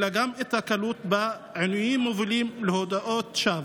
אלא גם את הקלות שבה עינויים מובילים להודאות שווא.